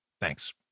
Thanks